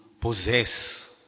possess